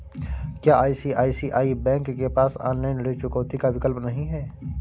क्या आई.सी.आई.सी.आई बैंक के पास ऑनलाइन ऋण चुकौती का विकल्प नहीं है?